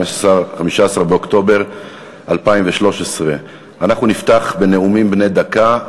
15 באוקטובר 2013. אנחנו נפתח בנאומים בני דקה.